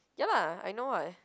ya lah I know [what]